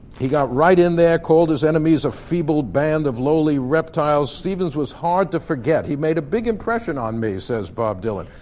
he got right in there, called his enemies a feeble band of lowly reptiles. stevens was hard to forget. he made a big impression on me, says bob dylan.